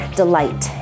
delight